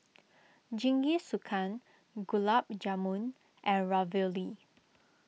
Jingisukan Gulab Jamun and Ravioli